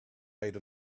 made